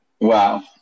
Wow